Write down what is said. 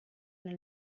nel